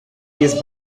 jest